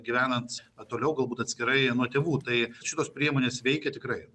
gyvenants toliau galbūt atskirai nuo tėvų tai šios priemonės veikia tikrai